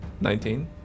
Nineteen